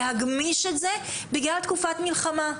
להגמיש את זה בגלל תקופת המלחמה.